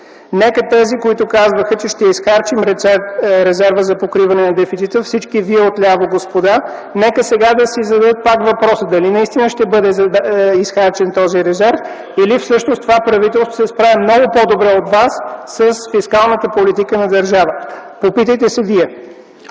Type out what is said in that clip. Нека тези, които казваха, че ще изхарчим резерва за покриване на дефицита – всички вие отляво, господа, сега да си зададете пак въпроса дали наистина ще бъде изхарчен този резерв или това правителство се справя много по-добре от вас с фискалната политика на държавата. Попитайте се вие!